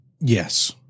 Yes